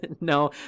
No